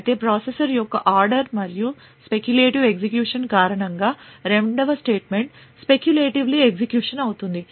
అయితే ప్రాసెసర్ యొక్క ఆర్డర్ మరియు speculative ఎగ్జిక్యూషన్ కారణంగా రెండవ స్టేట్మెంట్ speculatively ఎగ్జిక్యూషన్ అవుతుంది